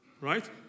right